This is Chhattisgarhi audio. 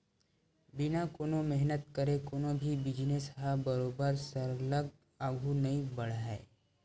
बिना कोनो मेहनत करे कोनो भी बिजनेस ह बरोबर सरलग आघु नइ बड़हय